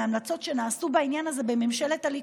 מהמלצות שנעשו בעניין הזה בממשלת הליכוד.